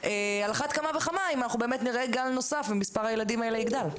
על אחת כמה וכמה אם אנחנו באמת נראה גל נוסף ומספר הילדים האלה יגדל.